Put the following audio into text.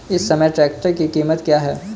इस समय ट्रैक्टर की कीमत क्या है?